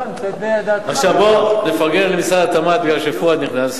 עכשיו בוא נפרגן למשרד התמ"ת, כי פואד נכנס.